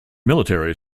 military